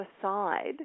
aside